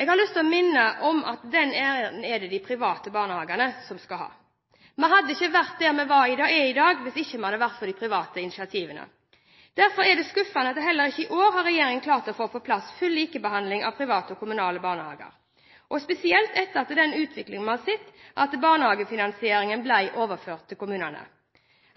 Jeg har lyst til å minne om at den æren er det de private barnehagene som skal ha. Vi hadde ikke vært der vi er i dag, hvis det ikke hadde vært for de private initiativene. Derfor er det skuffende at regjeringen heller ikke i år har klart å få på plass full likebehandling av private og kommunale barnehager, spesielt etter den utviklingen vi har sett, nemlig at barnehagefinansieringen ble overført til kommunene.